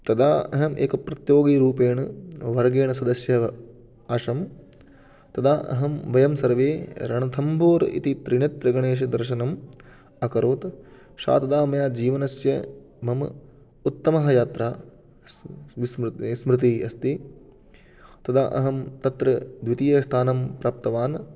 तदा अहमेकप्रतियोगीरूपेण वर्गेण सदस्य आसं तदा अहं वयं सर्वे रणथम्बोर इति त्रिणेत्रगणेशदर्शनम् अकरोत् सा तदा मया जीवनस्य मम उत्तमः यात्रा स्मृतिः अस्ति तदा अहं तत्र द्वितीयस्थानं प्राप्तवान्